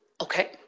Okay